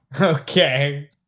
Okay